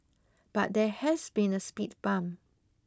but there has been a speed bump